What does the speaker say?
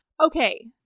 Okay